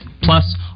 plus